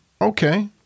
Okay